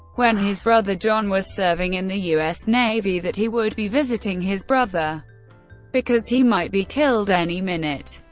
when his brother john was serving in the u s. navy, that he would be visiting his brother because he might be killed any minute.